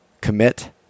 commit